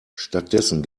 stattdessen